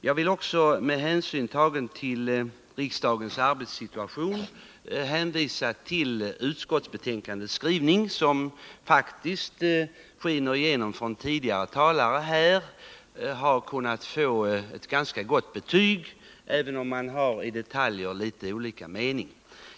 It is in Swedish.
Jag vill också, med hänsyn tagen till riksdagens arbetssituation, hänvisa till utskottets skrivning. Det har ju i tidigare talares anföranden skinit igenom att betänkandet får ett ganska gott betyg, även om det i detaljfrågor finns litet olika meningar.